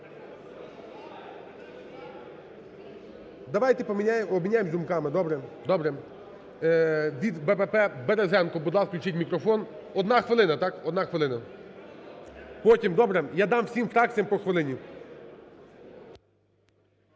Давайте обміняємось думками, добре, добре. Від "БПП" Березенко, будь ласка, включіть мікрофон, одна хвилина, так, одна хвилина. Потім, добре, я дам всім фракціям по хвилині.